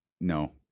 no